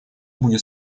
будет